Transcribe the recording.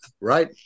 Right